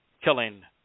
killing